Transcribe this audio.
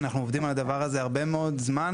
אנחנו עובדים על הדבר הזה כבר הרבה מאוד זמן,